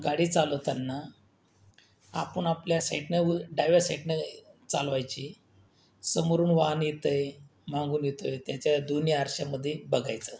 गाडी चालवताना आपण आपल्या साईडनं व डाव्या साईडनं चालवायची समोरून वाहन येतंय मागून येतंय त्याच्या दोन्ही आरशामधे बघायचं